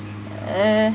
eh